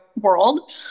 world